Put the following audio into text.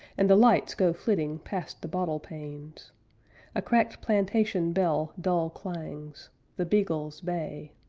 and the lights go flitting past the bottle panes a cracked plantation bell dull-clangs the beagles bay,